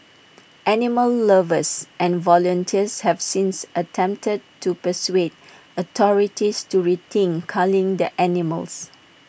animal lovers and volunteers have since attempted to persuade authorities to rethink culling the animals